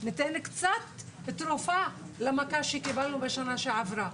ניתן קצת תרופה למכה שקיבלנו בשנה שעברה.